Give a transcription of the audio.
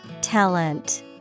Talent